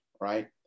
right